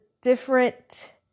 different